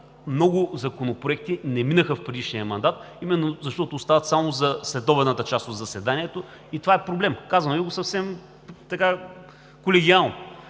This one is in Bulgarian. много законопроекти не минаха в предишния мандат, именно защото остават само за следобедната част от заседанието. Това е проблем. Казвам Ви го съвсем колегиално,